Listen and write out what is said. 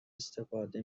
استفاده